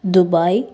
Dubai